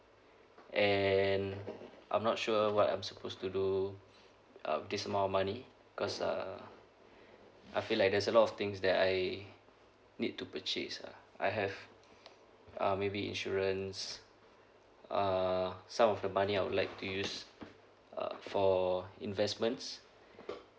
and I'm not sure what I'm supposed to do um this amount of money because uh I feel like there's a lot of things that I need to purchase ah I have uh maybe insurance uh some of the money I would like to use uh for investments